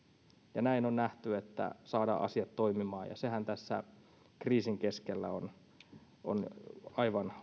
ja näin on nähty että saadaan asiat toimimaan ja sehän tässä kriisin keskellä on on aivan